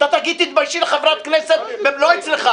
אתה תגיד 'תתביישי' לחברת כנסת --- החוצה,